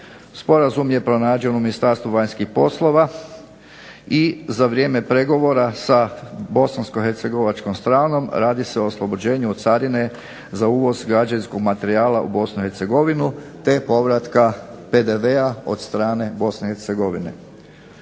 Sporazum je pronađen u Ministarstvu vanjskih poslova i za vrijeme pregovora sa bosansko-hercegovačkom stranom radi se o oslobođenju od carine za uvoz građevinskog materijala u Bosnu i Hercegovinu, te povratka PDV-a od strane Bosne i Hercegovine.